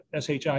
SHI